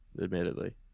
admittedly